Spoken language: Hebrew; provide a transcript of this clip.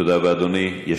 תודה רבה, אדוני.